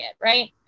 right